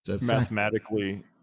Mathematically